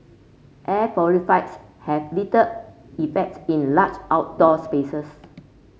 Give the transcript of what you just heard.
air purifiers have little effects in large outdoor spaces